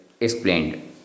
explained